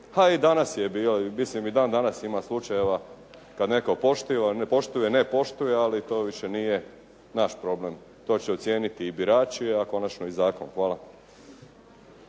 a i danas je bilo, mislim i dan danas ima slučajeva kad netko poštuje, ne poštuje, ali to više nije naš problem. To će ocijeniti i birači, a konačno i zakon. Hvala.